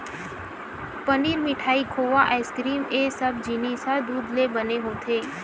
पनीर, मिठाई, खोवा, आइसकिरिम ए सब जिनिस ह दूद ले बने होथे